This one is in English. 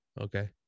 Okay